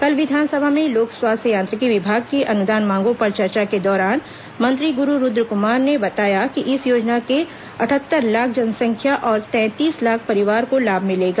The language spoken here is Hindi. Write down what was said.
कल विधानसभा में लोक स्वास्थ्य यांत्रिकी विभाग की अनुदान मांगों पर चर्चा के दौरान मंत्री गुरू रूद्रक्मार ने बताया कि इस योजना से अटहत्तर लाख जनसंख्या और तैंतीस लाख परिवार को लाभ मिलेगा